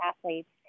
athletes